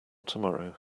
tomorrow